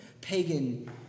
pagan